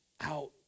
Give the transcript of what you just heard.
Out